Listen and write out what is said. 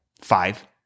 five